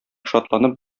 шатланып